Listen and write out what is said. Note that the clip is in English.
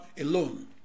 alone